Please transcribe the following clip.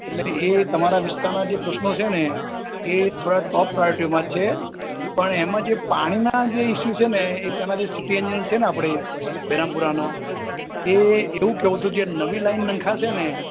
એટલે એ તમારા વિસ્તારના જે પ્રશ્નો છે ને એ થોડાક ટૉપ પ્રાયોરીટીમાં જ છે પણ એમાં જે પાણીના જે ઇસ્યુ છે ને એક એમાં જે સિટી એન્જિનિયર છે ને આપણે બહેરામપુરાના એ એવું કહેવું હતું જે નવી લાઈન નખાશે ને